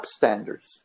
upstanders